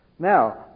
Now